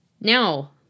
Now